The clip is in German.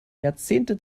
jahrzehnte